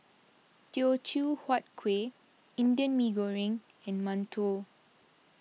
Teochew Huat Kueh Indian Mee Goreng and Mantou